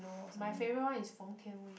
my favorite one is feng tianwei